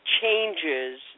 changes